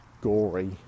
gory